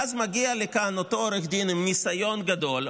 ואז מגיע לכאן אותו עורך דין עם ניסיון גדול,